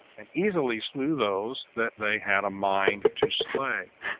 and easily slew those that they had a mind to slay.